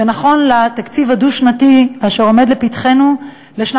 ובתקציב הדו-שנתי אשר עומד לפתחנו לשנים